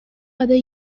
other